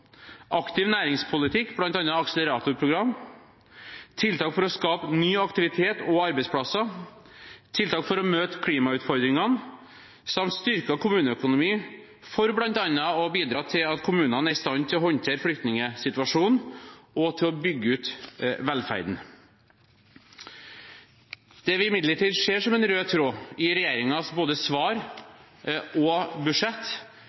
aktiv næringspolitikk, bl.a. akseleratorprogram, tiltak for å skape ny aktivitet og nye arbeidsplasser, tiltak for å møte klimautfordringene samt styrke kommuneøkonomien for bl.a. å bidra til at kommunene er i stand til å håndtere flyktningsituasjonen og til å bygge ut velferden. Det vi imidlertid ser som en rød tråd i både regjeringens svar og budsjett,